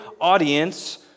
audience